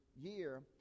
year